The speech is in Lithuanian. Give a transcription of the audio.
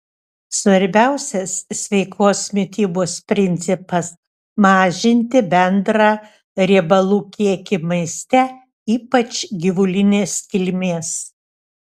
svarbiausias sveikos mitybos principas mažinti bendrą riebalų kiekį maiste ypač gyvulinės kilmės